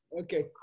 okay